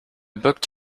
booked